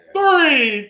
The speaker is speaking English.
Three